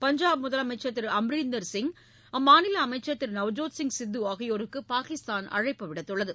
பஞ்சாப் முதலமைச்சர் திரு அமரீந்தர்சிங் அம்மாநில அமைச்சர் திரு நவ்ஜோத்சிங் சித்து ஆகியோருக்கு பாகிஸ்தான் அழைப்பு விடுத்துள்ளது